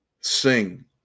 sing